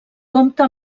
compta